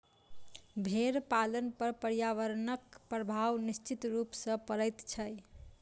भेंड़ पालन पर पर्यावरणक प्रभाव निश्चित रूप सॅ पड़ैत छै